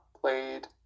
played